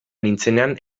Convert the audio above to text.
nintzenean